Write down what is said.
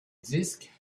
disque